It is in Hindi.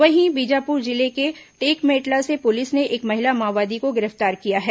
वहीं बीजापुर जिले के टेकमेटला से पुलिस ने एक महिला माओवादी को गिरफ्तार किया है